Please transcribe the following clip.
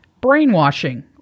Brainwashing